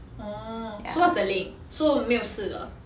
orh so what's the link so 没有事了